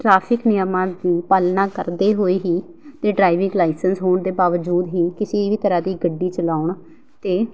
traffic ਨਿਯਮਾਂ ਦੀ ਪਾਲਣਾ ਕਰਦੇ ਹੋਏ ਹੀ ਅਤੇ ਡਰਾਈਵਿੰਗ ਲਾਈਸੈਂਸ ਹੋਣ ਦੇ ਬਾਵਜੂਦ ਹੀ ਕਿਸੀ ਵੀ ਤਰ੍ਹਾਂ ਦੀ ਗੱਡੀ ਚਲਾਉਣ ਅਤੇ